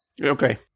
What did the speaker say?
Okay